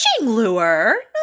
lure